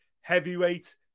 heavyweight